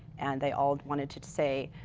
and they all wanted to say,